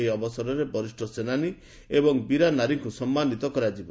ଏହି ଅବସରରେ ବରିଷ୍ଠ ସେନାନୀ ଏବଂ ବୀରା ନାରୀଙ୍କୁ ସମ୍ମାନିତ କରାଯିବ